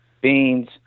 beans